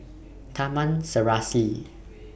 Taman Serasi